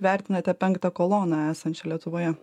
vertinate penktą koloną esančią lietuvoje